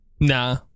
Nah